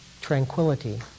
tranquility